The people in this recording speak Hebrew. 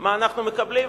מה אנחנו מקבלים?